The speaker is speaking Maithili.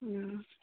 हूँ